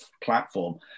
platform